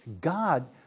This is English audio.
God